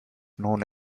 known